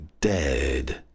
dead